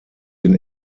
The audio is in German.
den